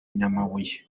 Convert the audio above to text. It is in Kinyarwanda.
nyamabuye